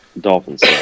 Dolphins